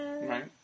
Right